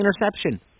interception